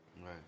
Right